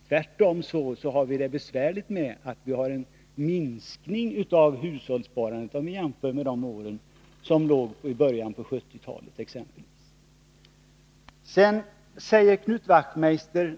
Tvärtom har vi bekymmer med att hushållssparandet har minskat jämfört med exempelvis åren i början av 1970-talet.